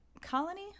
colony